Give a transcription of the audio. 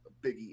Biggie